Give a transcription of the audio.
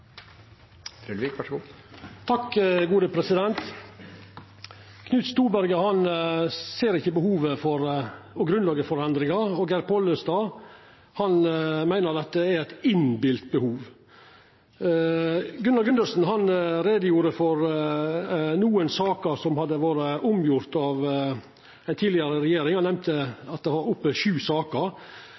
grunnlaget for endringar, og Geir Pollestad meiner at det er eit innbilt behov. Gunnar Gundersen gjorde greie for nokre saker som hadde vore omgjorde av tidlegare regjeringar. Han nemnde at det var oppe sju saker.